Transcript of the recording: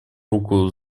руку